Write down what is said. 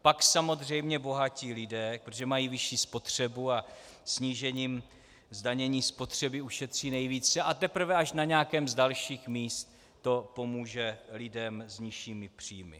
Pak samozřejmě bohatí lidé, protože mají vyšší spotřebu a snížením zdanění spotřeby ušetří nejvíce, a teprve až na nějakém z dalších míst to pomůže lidem s nižšími příjmy.